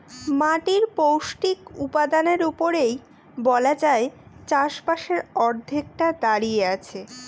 মাটির পৌষ্টিক উপাদানের উপরেই বলা যায় চাষবাসের অর্ধেকটা দাঁড়িয়ে আছে